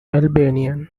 albanian